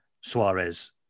Suarez